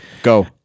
go